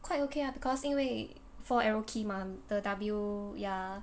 quite okay ah because 因为 four arrow key mah the W ya